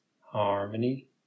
harmony